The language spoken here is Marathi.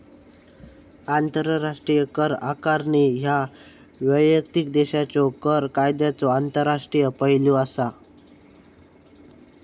आंतरराष्ट्रीय कर आकारणी ह्या वैयक्तिक देशाच्यो कर कायद्यांचो आंतरराष्ट्रीय पैलू असा